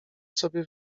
sobie